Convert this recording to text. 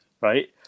right